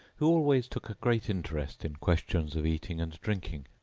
who always took a great interest in questions of eating and drinking.